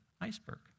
iceberg